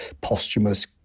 posthumous